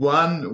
one